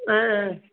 ओ